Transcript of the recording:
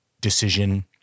decision